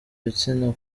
ibitsina